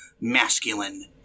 masculine